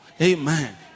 amen